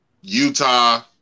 Utah –